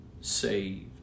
saved